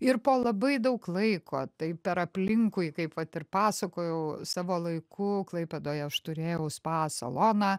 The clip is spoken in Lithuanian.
ir po labai daug laiko tai per aplinkui kaip vat ir pasakojau savo laiku klaipėdoje aš turėjau spa saloną